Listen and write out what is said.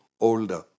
older